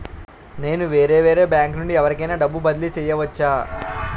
నేను వేరే బ్యాంకు నుండి ఎవరికైనా డబ్బు బదిలీ చేయవచ్చా?